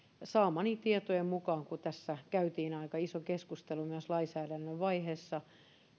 saamieni tietojen mukaan kun tässä käytiin aika iso keskustelu myös lainvalmistelun vaiheessa